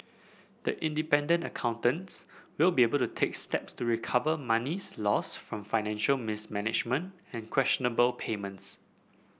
the independent accountants will be able to take steps to recover monies lost from financial mismanagement and questionable payments